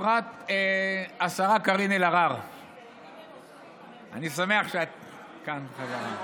השרה קארין אלהרר, אני שמח שאת כאן בחזרה.